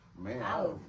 man